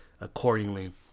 accordingly